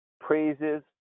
praises